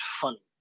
funny